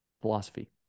philosophy